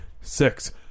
six